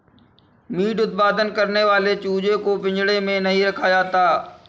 meet उत्पादन करने वाले चूजे को पिंजड़े में नहीं रखा जाता